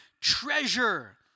treasure